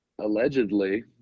allegedly